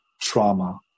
trauma